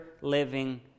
living